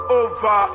over